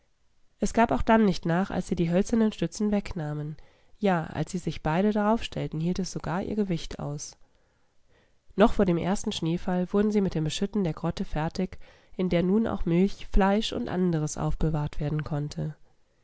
es gab auch dann nicht nach als sie die hölzernen stützen wegnahmen ja als sich beide daraufstellten hielt es sogar ihr gewicht aus noch vor dem ersten schneefall wurden sie mit dem beschütten der grotte fertig in der nun auch milch fleisch und anderes aufbewahrt werden konnte